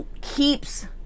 keeps